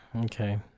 Okay